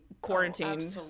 quarantine